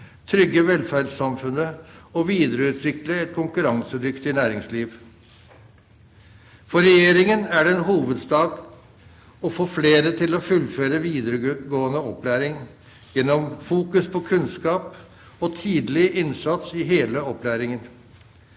trygge velferdssamfunnet og videreutvikle et konkurransedyktig næringsliv. For regjeringen er det en hovedsak å få flere til å fullføre videregående opplæring, gjennom fokus på kunnskap og tidlig innsats i hele opplæringen.